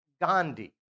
Gandhi